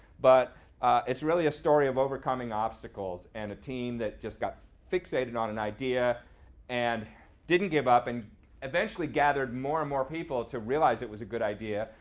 but it's really a story of overcoming obstacles and a team that just got fixated on an idea and didn't give up, and eventually gathered more and more people to realize it was a good idea,